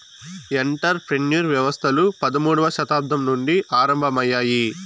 enter ప్రెన్యూర్ వ్యవస్థలు పదమూడవ శతాబ్దం నుండి ఆరంభమయ్యాయి